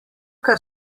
kar